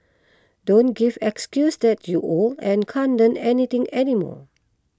don't give excuses that you're old and can't Learn Anything anymore